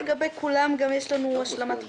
לא לגבי כולם גם יש לנו השלמת חוסרים.